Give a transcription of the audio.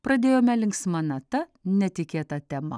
pradėjome linksma nata netikėta tema